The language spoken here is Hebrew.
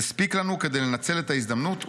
הספיק לנו כדי לנצל את ההזדמנות ולהמריא.